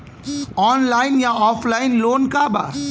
Online या offline loan का बा?